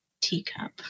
teacup